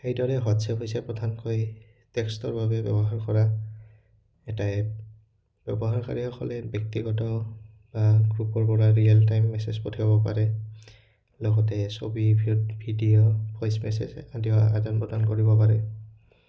সেইদৰে হোৱাটছএপ হৈছে প্ৰধানকৈ টেক্সটৰ বাবে ব্যৱহাৰ কৰা এটা এপ ব্যৱহাৰকাৰীসকলে ব্যক্তিগত বা গ্ৰুপৰপৰা ৰিয়েল টাইম মেছেজ পঠিয়াব পাৰে লগতে ছবি ভিডিঅ' ভইচ মেছেজ আদিও আদান প্ৰদান কৰিব পাৰে